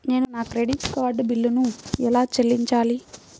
నేను నా credit card బిల్లును ఎలా చెల్లించాలీ?